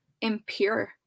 impure